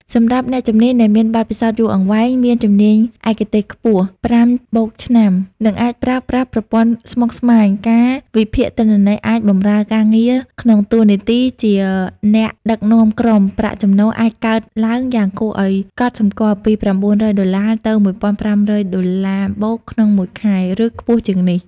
សម្រាប់អ្នកជំនាញដែលមានបទពិសោធន៍យូរអង្វែង មានជំនាញឯកទេសខ្ពស់(5+ ឆ្នាំ) និងអាចប្រើប្រាស់ប្រព័ន្ធស្មុគស្មាញ ការវិភាគទិន្នន័យ អាចបម្រើការងារក្នុងតួនាទីជាអ្នកដឹកនាំក្រុម ប្រាក់ចំណូលអាចកើនឡើងយ៉ាងគួរឱ្យកត់សម្គាល់ពី $900 ទៅ $1,500+ ក្នុងមួយខែ ឬខ្ពស់ជាងនេះ។